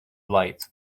light